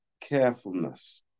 carefulness